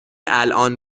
الان